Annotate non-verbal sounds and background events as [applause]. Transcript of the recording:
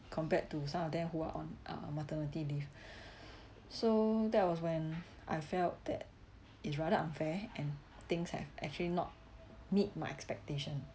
compared to some of them who are on uh maternity leave [breath] so that was when I felt that it's rather unfair and things have actually not meet my expectation